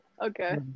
Okay